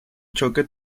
choque